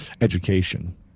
education